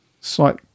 slight